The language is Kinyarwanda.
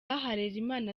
harerimana